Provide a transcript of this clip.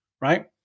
right